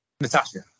Natasha